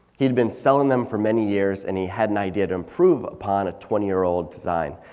he'd been selling them for many years and he had an idea to improve upon a twenty year old design.